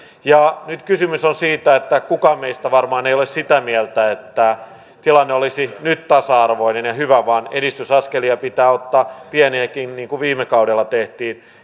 ja nyt kysymys on siitä että kukaan meistä varmaan ei ole sitä mieltä että tilanne olisi nyt tasa arvoinen ja hyvä vaan edistysaskelia pitää ottaa edelleen pieniäkin niin kuin viime kaudella tehtiin